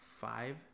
Five